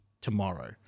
tomorrow